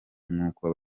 nkuko